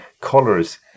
colors